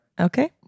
Okay